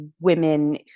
women